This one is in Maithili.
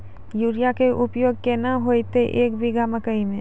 यूरिया के उपयोग केतना होइतै, एक बीघा मकई मे?